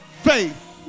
faith